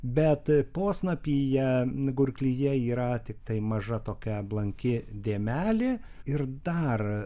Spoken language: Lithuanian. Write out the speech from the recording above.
bet posnapyje gurklyje yra tiktai maža tokia blanki dėmelė ir dar